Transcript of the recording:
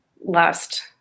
last